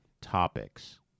topics